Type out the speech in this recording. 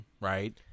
right